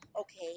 Okay